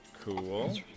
Cool